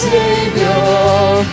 Savior